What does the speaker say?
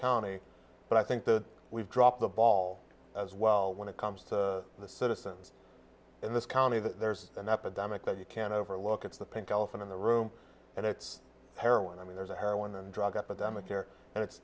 county but i think that we've dropped the ball as well when it comes to the citizens in this county that there's an epidemic that you can't overlook it's the pink elephant in the room and it's heroin i mean there's a heroin and drug epidemic here and it's